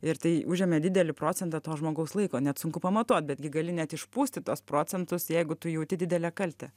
ir tai užėmė didelį procentą to žmogaus laiko net sunku pamatuot betgi gali net išpūsti tuos procentus jeigu tu jauti didelę kaltę